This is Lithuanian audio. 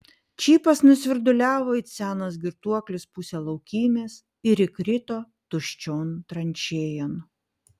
čipas nusvirduliavo it senas girtuoklis pusę laukymės ir įkrito tuščion tranšėjon